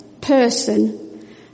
person